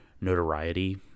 notoriety